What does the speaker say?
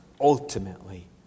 ultimately